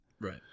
Right